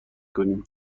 کنیم